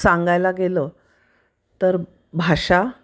सांगायला गेलं तर भाषा